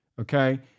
Okay